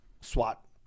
swat